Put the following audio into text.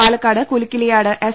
പാലക്കാട് കുലുക്കിലിയാട് എസ്